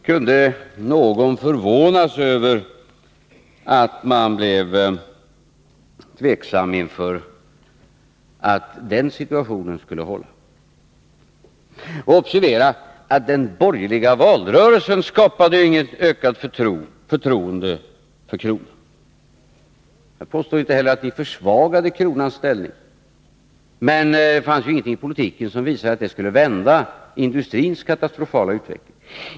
Kunde någon förvånas över att man blev tveksam inför att den situationen skulle hålla? Observera att den borgerliga valrörelsen inte skapade något ökat förtroende för kronan. Jag påstår inte heller att ni försvagade kronans ställning, men det fanns ingenting i politiken som visade att den skulle vända industrins katastrofala utveckling.